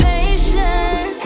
Patient